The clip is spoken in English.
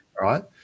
Right